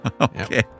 Okay